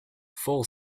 fall